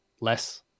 less